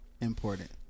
important